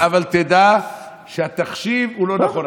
קודם כול, אבל תדע שהתחשיב הוא לא נכון.